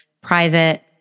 private